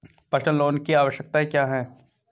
Personal loan की आवश्यकताएं क्या हैं?